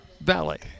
Valley